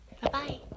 Bye-bye